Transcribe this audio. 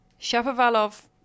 Shapovalov